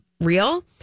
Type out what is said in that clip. real